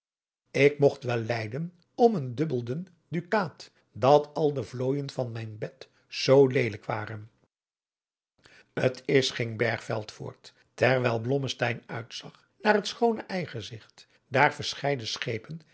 ik mogt wel lijden om een dubbelden dukaat dat al de vlooijen van mijn bed zoo leelijk waren t is ging bergveld voort terwijl blommesteyn uitzag naar het schoone ijzigt daar verscheide schepen